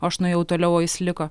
aš nuėjau toliau o jis liko